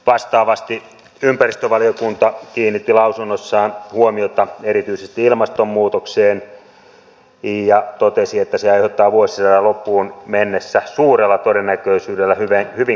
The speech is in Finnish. vastaavasti ympäristövaliokunta kiinnitti lausunnossaan huomiota erityisesti ilmastonmuutokseen ja totesi että se aiheuttaa vuosisadan loppuun mennessä suurella todennäköisyydellä hyvin korkean vakavien ongelmien riskin